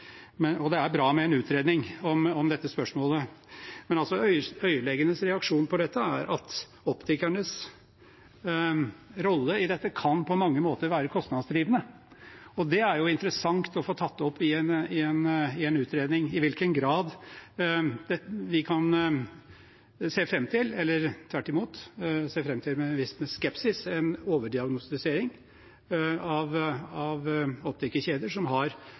og det er bra med en utredning om dette spørsmålet. Men øyelegenes reaksjon på dette er at optikernes rolle på mange måter kan være kostnadsdrivende, og det er det interessant å få tatt opp i en utredning: I hvilken grad kan vi se for oss en overdiagnostisering, at optikerkjeder som har stor og dyr apparatur, diagnostiserer i større grad – hadde jeg nær sagt – enn det som er ønskelig, og henviser til